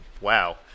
Wow